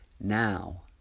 now